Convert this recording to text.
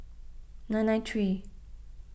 nine nine three